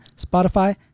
Spotify